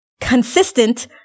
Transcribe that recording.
consistent